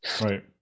right